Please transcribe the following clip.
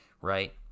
right